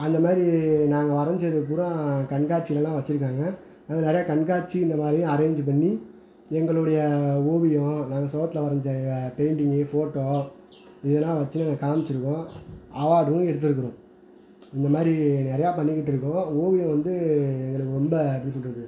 அந்த மாதிரி நாங்கள் வரதஞ்சது பூரா கண்காட்சிலெல்லாம் வச்சு இருக்காங்க இது நிறையா கண்காட்சி இந்த மாதிரி அரேஞ்ச் பண்ணி எங்களுடைய ஓவியம் நாங்கள் சுவுத்துல வரைஞ்ச பெயிண்டிங்கு ஃபோட்டோ இதெல்லாம் வச்சு நாங்கள் காமிச்சுருக்கோம் அவார்டும் எடுத்திருக்கிறோம் இந்த மாதிரி நிறையா பண்ணிக்கிட்டு இருக்கோம் ஓவியம் வந்து எங்களுக்கு ரொம்ப எப்படி சொல்கிறது